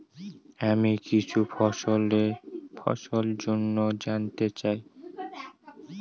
আমি কিছু ফসল জন্য জানতে চাই